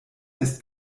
ist